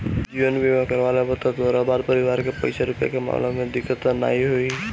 जीवन बीमा करवा लेबअ त तोहरी बाद परिवार के पईसा रूपया के मामला में दिक्कत तअ नाइ होई